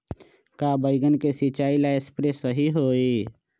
का बैगन के सिचाई ला सप्रे सही होई?